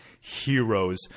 heroes